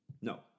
No